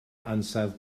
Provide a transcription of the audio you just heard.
ansawdd